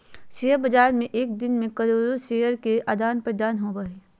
share बाज़ार में एक दिन मे करोड़ो शेयर के आदान प्रदान होबो हइ